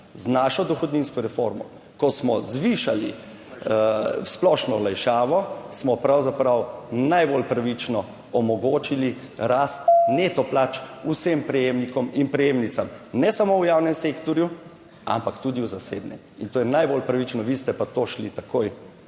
Z našo dohodninsko reformo, ko smo zvišali splošno olajšavo, smo pravzaprav najbolj pravično omogočili rast neto plač vsem prejemnikom in prejemnicam, ne samo v javnem sektorju, ampak tudi v zasebnem. In to je najbolj pravično, vi ste pa to šli takoj